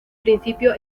principio